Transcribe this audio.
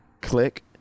Click